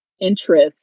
interest